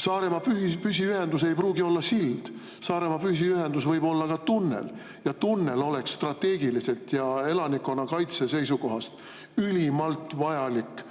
Saaremaa püsiühendus ei pruugi olla sild. Saaremaa püsiühendus võib olla ka tunnel ja tunnel oleks strateegiliselt ja elanikkonnakaitse seisukohast ülimalt vajalik,